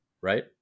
right